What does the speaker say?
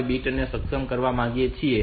5 bit ને સક્ષમ કરવા માંગીએ છીએ